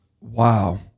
Wow